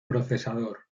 procesador